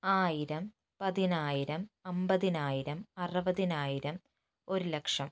ആയിരം പതിനായിരം അമ്പതിനായിരം അറുപതിനായിരം ഒരുലക്ഷം